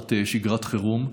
תחת שגרת חירום.